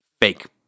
fake